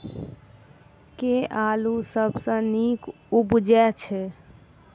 केँ आलु सबसँ नीक उबजय छै?